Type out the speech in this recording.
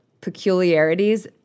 peculiarities